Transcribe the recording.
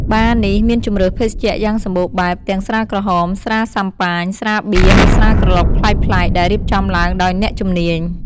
បារនេះមានជម្រើសភេសជ្ជៈយ៉ាងសម្បូរបែប ទាំងស្រាក្រហម ស្រាស៊ាំប៉ាញ ស្រាបៀរ និងស្រាក្រឡុកប្លែកៗ ដែលរៀបចំឡើងដោយអ្នកជំនាញ។